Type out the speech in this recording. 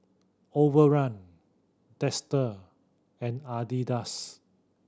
Overrun Dester and Adidas